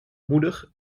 moeder